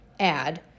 add